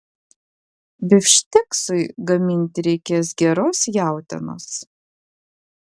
bifšteksui gaminti reikės geros jautienos